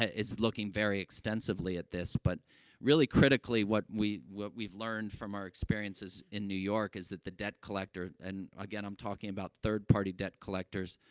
ah is looking very extensively at this, but really, critically, what we what we've learned from our experiences in new york is that the debt collector and, again, i'm talking about third-party debt collectors,